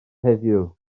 heddiw